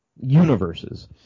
universes